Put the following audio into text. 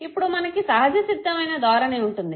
ఇప్పుడు మనకు సహజసిద్ధమైన ధోరణి ఉంటుంది